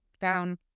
down